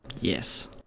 yes